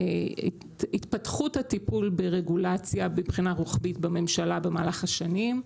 התפתחות הטיפול ברגולציה בבחינה רוחבית בממשלה במהלך השנים,